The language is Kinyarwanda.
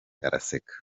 araseka